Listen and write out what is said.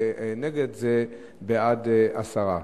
ונגד, זה בעד הסרה.